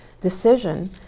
decision